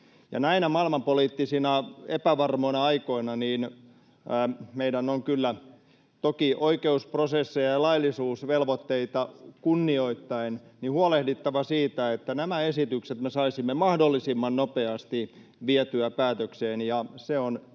maailmanpoliittisina aikoina meidän on kyllä, toki oikeusprosesseja ja laillisuusvelvoitteita kunnioittaen, huolehdittava siitä, että nämä esitykset me saisimme mahdollisimman nopeasti vietyä päätökseen,